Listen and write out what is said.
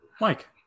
Mike